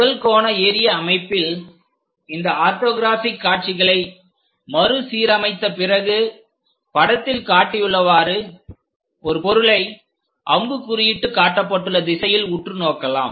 முதல் கோண ஏறிய அமைப்பில் இந்த ஆர்த்தோகிராஃபிக் காட்சிகளை மறுசீரமைத்த பிறகு படத்தில் காட்டியுள்ளவாறு ஒரு பொருளை அம்பு குறியிட்டு காட்டப்பட்டுள்ள குறிப்பிட்ட திசையில் உற்று நோக்கலாம்